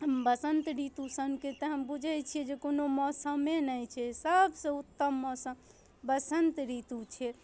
बसंत ऋतुसनके तऽ हम बुझै छिए जे कोनो मौसमे नहि छै सबसँ उत्तम मौसम बसन्त ऋतु छिए